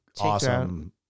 awesome